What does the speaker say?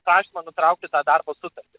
prašymą nutraukti tą darbo sutartį